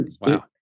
Wow